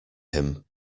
him